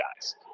guys